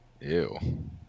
Ew